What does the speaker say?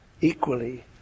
equally